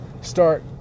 start